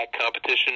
competition